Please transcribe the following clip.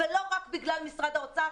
ולא רק בגלל משרד האוצר.